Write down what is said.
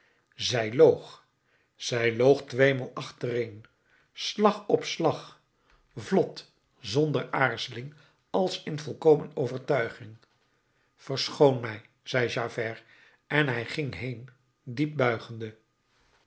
zij loog zij loog tweemaal achtereen slag op slag vlot zonder aarzeling als in volkomen overtuiging verschoon mij zei javert en hij ging heen diep buigende